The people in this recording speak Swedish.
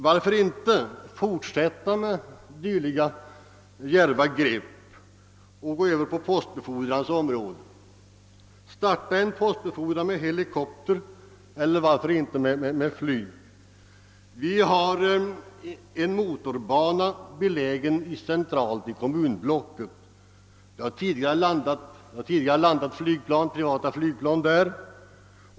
Varför inte fortsätta med dessa djärva grepp även på postbefordringens område? Starta en postbefordran med helikopter — eller varför inte med flyg! Vi har en lämplig motorbana som ligger centralt i kommunblocket. Där har privatflygplan tidigare landat.